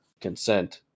consent